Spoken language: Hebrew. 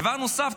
דבר נוסף,